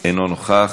אינו נוכח,